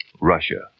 Russia